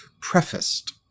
prefaced